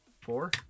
four